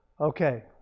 Okay